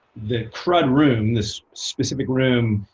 the crud room, this specific room,